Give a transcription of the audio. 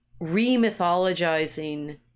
re-mythologizing